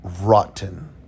rotten